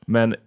Men